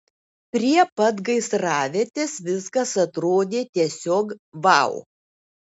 prie pat gaisravietės viskas atrodė tiesiog vau